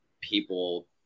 people